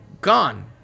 gone